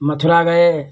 मथुरा गए